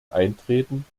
eintreten